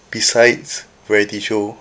besides variety show